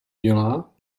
dělá